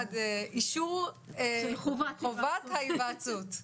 וחלק מחברי הכנסת במליאה.